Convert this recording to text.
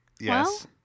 Yes